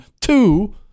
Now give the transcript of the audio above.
two